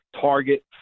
target